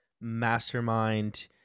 mastermind